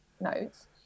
notes